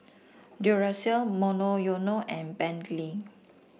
Duracell Monoyono and Bentley